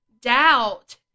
doubt